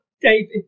David